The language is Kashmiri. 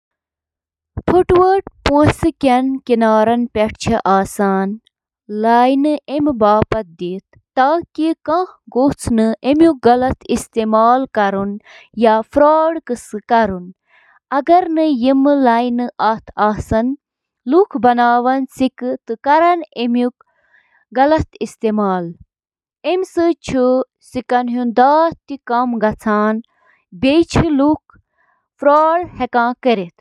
سِکن ہٕنٛدیٚن طرفن چھِ لٔٹہِ آسان، یتھ ریڈنگ تہِ ونان چھِ، واریاہو وجوہاتو کِنۍ، یتھ منٛز شٲمِل چھِ: جعل سازی تہٕ کلپنگ رُکاوٕنۍ، بوزنہٕ یِنہٕ والیٚن ہٕنٛز مدد، لباس کم کرُن تہٕ باقی۔